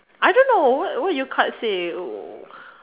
I don't know what what your cards say oh